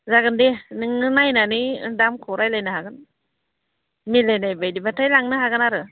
जागोन दे नोङो नायनानै दामखौ रायज्लायनो हागोन मिलायनाय बायदिबाथाय लांनो हागोन आरो